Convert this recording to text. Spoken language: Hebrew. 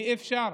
אי-אפשר.